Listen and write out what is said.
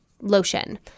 lotion